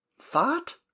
thought